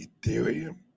Ethereum